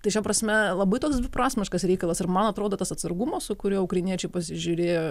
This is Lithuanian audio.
tai šia prasme labai dviprasmiškas reikalas ir man atrodo tas atsargumas su kuriuo ukrainiečiai pasižiūrėjo